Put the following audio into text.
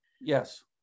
Yes